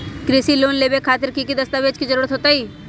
कृषि लोन लेबे खातिर की की दस्तावेज के जरूरत होतई?